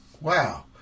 Wow